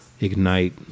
ignite